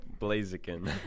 Blaziken